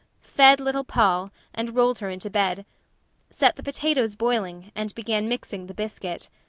fed little poll and rolled her into bed set the potatoes boiling, and began mixing the biscuit.